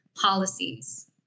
policies